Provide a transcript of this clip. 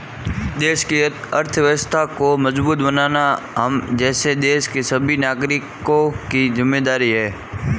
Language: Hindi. देश की अर्थव्यवस्था को मजबूत बनाना हम जैसे देश के सभी नागरिकों की जिम्मेदारी है